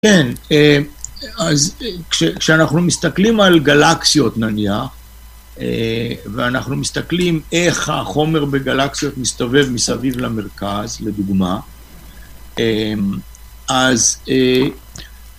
כן, אז כשאנחנו מסתכלים על גלקסיות נניח, ואנחנו מסתכלים איך החומר בגלקסיות מסתובב מסביב למרכז, לדוגמה, אז...